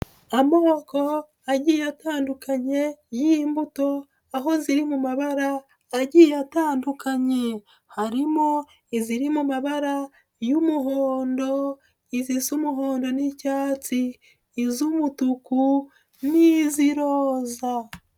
Amoko agiye atandukanye y'imbuto, aho ziri mu mabara agiye atandukanye, harimo iziri mu amabara y'umuhondo, izisa umuhondo n'icyatsi, iz'umutuku n'iziroza.